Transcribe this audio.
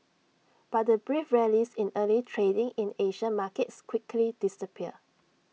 but the brief rallies in early trading in Asian markets quickly disappeared